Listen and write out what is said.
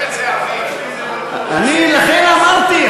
לכן אמרתי,